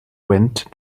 wind